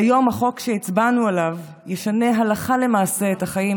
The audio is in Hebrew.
היום החוק שהצבענו עליו ישנה הלכה למעשה את החיים